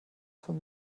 von